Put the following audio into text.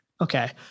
Okay